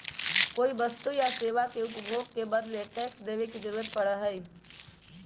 कोई वस्तु या सेवा के उपभोग के बदले टैक्स देवे के जरुरत पड़ा हई